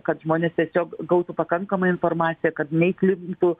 kad žmonės tiesiog gautų pakankamą informaciją kad neįklimptų